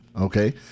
Okay